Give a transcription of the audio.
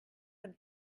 them